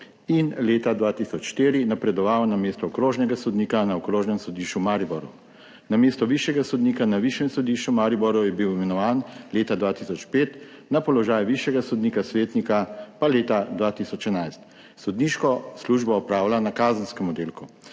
in leta 2004 napredoval na mesto okrožnega sodnika na Okrožnem sodišču v Mariboru. Na mesto višjega sodnika na Višjem sodišču v Mariboru je bil imenovan leta 2005, na položaj višjega sodnika svetnika pa leta 2011. Sodniško službo opravlja na kazenskem oddelku.